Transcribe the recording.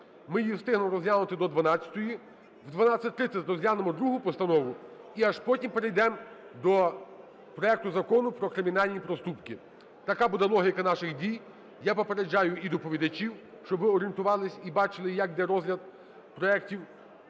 ми її встигнемо розглянути до 12-ї, в 12:30 розглянемо другу постанову і аж потім перейдемо до проекту Закону про кримінальні проступки. Така буде логіка наших дій, я попереджаю і доповідачів, щоб ви орієнтувались і бачили як йде розгляд проектів.